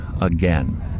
again